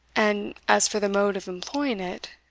and as for the mode of employing it,